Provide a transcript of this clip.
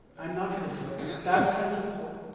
i'm not going to fail that. that sense of hope,